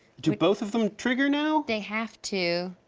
do both of them trigger now? they have to.